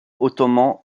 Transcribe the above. ottoman